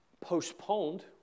postponed